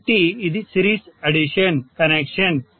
కాబట్టి ఇది series addition connection